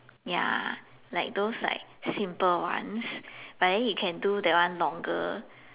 ya like those like simple ones but then you can do that one longer